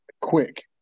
quick